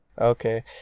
Okay